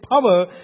power